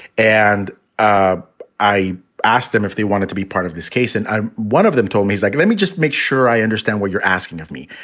and ah i asked them if they wanted to be part of this case. and i'm one of them told me it's like, let me just make sure i understand what you're asking of me.